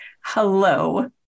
Hello